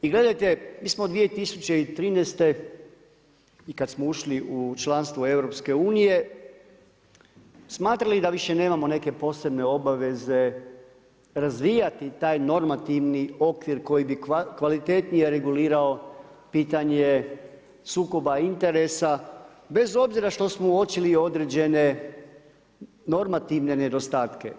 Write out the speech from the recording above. I gledajte mi smo 2013. i kad smo ušli u članstvo EU smatrali da više nemamo nekakve posebne obaveze razvijati taj normativni okvir koji bi kvalitetnije regulirao pitanje sukoba interesa bez obzira što smo uočili određene normativne nedostatke.